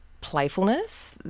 playfulness